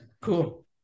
Cool